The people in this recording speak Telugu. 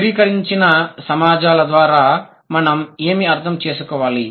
స్థిరీకరించిన సమాజాల ద్వారా మనం ఏమి అర్థం చేసుకోవాలి